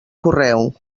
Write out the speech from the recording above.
correu